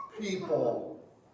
people